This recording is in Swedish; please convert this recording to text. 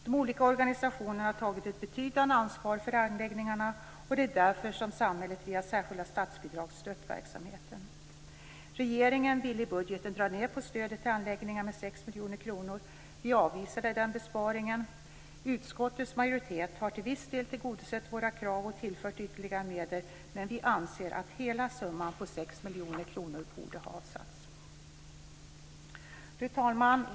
De olika organisationerna har tagit ett betydande ansvar för anläggningarna, och det är därför som samhället via särskilda statsbidrag har stött verksamheten. Regeringen ville i budgeten dra ned på stödet till anläggningarna med 6 miljoner kronor. Vi avvisar denna besparing. Utskottets majoritet har till viss del tillgodosett våra krav och tillfört ytterligare medel, men vi anser att hela summan på 6 miljoner kronor borde ha avsatts. Fru talman!